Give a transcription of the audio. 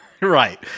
Right